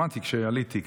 שמעתי כשעליתי,